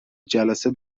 جلسه